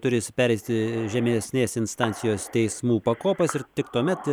turės pereiti žemesnės instancijos teismų pakopas ir tik tuomet